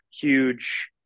huge